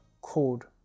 called